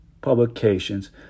publications